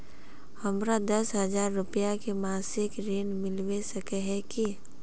हमरा दस हजार रुपया के मासिक ऋण मिलबे सके है की?